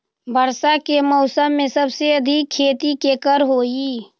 वर्षा के मौसम में सबसे अधिक खेती केकर होई?